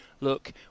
Look